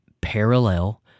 parallel